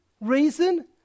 reason